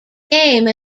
game